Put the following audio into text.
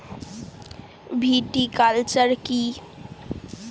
Viticulture কী?